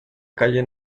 calle